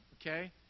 okay